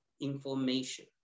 information